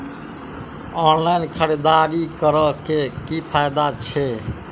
Online खरीददारी करै केँ की फायदा छै?